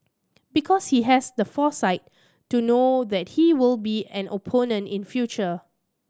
because he has the foresight to know that he will be an opponent in future